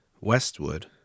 Westwood